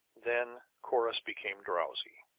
then corrus became drowsy.